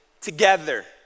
together